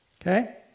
Okay